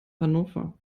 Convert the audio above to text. hannover